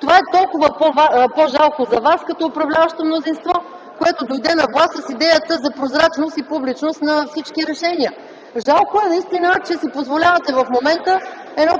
това е толкова по-жалко за вас като управляващо мнозинство, което дойде на власт с идеята за прозрачност и публичност на всички решения. Жалко е наистина, че си позволявате в момента